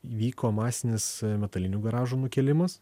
įvyko masinis metalinių garažų nukėlimas